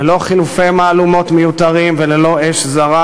ללא חילופי מהלומות מיותרים וללא אש זרה